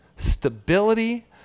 stability